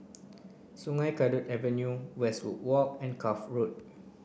Sungei Kadut Avenue Westwood Walk and Cuff Road